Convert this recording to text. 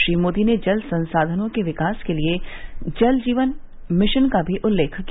श्री मोदी ने जल संसाधनों के विकास के लिए जल जीवन मिशन का भी उल्लेख किया